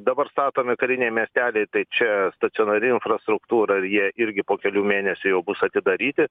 dabar statomi kariniai miesteliai tai čia stacionari infrastruktūra ir jie irgi po kelių mėnesių jau bus atidaryti